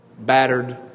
Battered